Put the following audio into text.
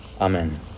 Amen